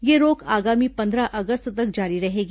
यह रोक आगामी पन्द्रह अगस्त तक जारी रहेगी